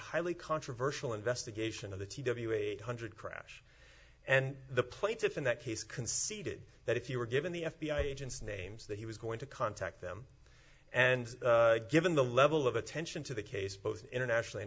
highly controversial investigation of the t w a eight hundred crash and the plaintiffs in that case conceded that if you were given the f b i agents names that he was going to contact them and given the level of attention to the case both internationally